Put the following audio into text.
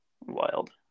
Wild